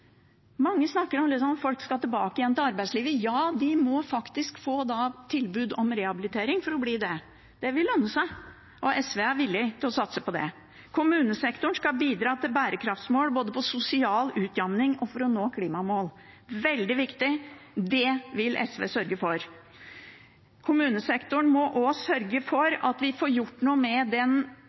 Mange snakker om at folk skal tilbake igjen til arbeidslivet. Ja, de må faktisk få tilbud om rehabilitering for å kunne det. Det vil lønne seg, og SV er villig til å satse på det. Kommunesektoren skal bidra til bærekraftsmål både på sosial utjamning og for å nå klimamål. Det er veldig viktig, det vil SV sørge for. Kommunesektoren må også sørge for at vi får gjort noe med den